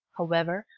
however,